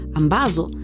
ambazo